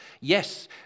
Yes